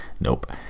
Nope